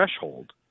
threshold